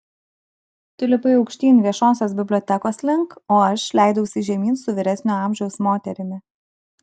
tu lipai aukštyn viešosios bibliotekos link o aš leidausi žemyn su vyresnio amžiaus moterimi